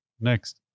next